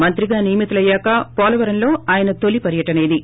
మంత్రిగా నియమితులయ్యాక వోలవరంలో ఆయన తొలి పర్శటన ఇది